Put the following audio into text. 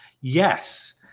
Yes